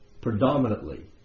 Predominantly